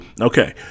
okay